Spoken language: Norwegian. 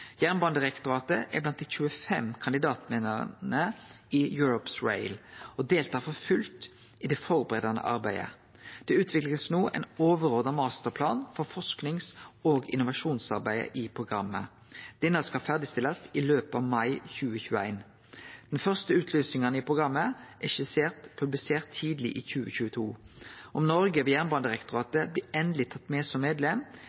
Jernbanedirektoratet er blant dei 25 kandidatane i Europe’s Rail og deltar for fullt i det førebuande arbeidet. Det blir no utvikla ein overordna masterplan for forskings- og innovasjonsarbeidet i programmet. Denne skal ferdigstillast i løpet av mai 2021. Den første utlysinga i programmet er skissert publisert tidleg i 2022. Om Noreg ved Jernbanedirektoratet blir endeleg tatt med som medlem,